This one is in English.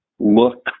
look